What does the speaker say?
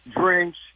drinks